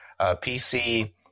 PC